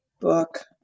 book